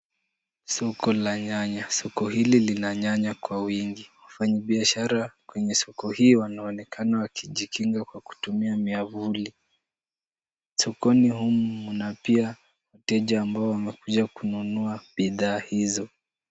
Soko la nyanya. Soko hili lina nyanya kwa wingi. Wafanyibiashara kwenye soko hii wanaonekana wakijinga kwa kutumia miavuli. Sokoni humu kuna pia wateja ambao wamekuja kununua bidhaa hizo.